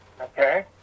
okay